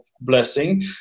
blessing